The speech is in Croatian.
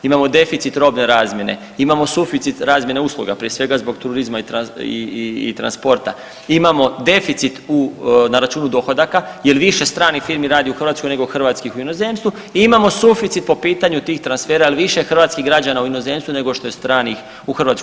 Imamo deficit robne razmjene, imamo suficit razmjene usluga, prije svega zbog turizma i transporta, imamo deficit na računu dohodaka jel više stranih firmi radi u Hrvatskoj nego hrvatskih u inozemstvu i imamo suficit po pitanju tih transfera jel više je hrvatskih građana u inozemstvu nego što je stranih u Hrvatskoj.